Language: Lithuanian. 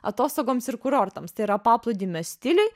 atostogoms ir kurortams tai yra paplūdimio stiliui